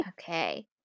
Okay